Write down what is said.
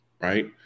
right